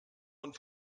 und